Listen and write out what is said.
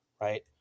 right